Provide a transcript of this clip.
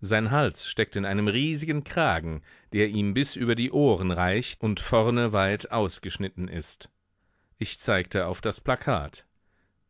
sein hals steckt in einem riesigen kragen der ihm bis über die ohren reicht und vorne weit ausgeschnitten ist ich zeigte auf das plakat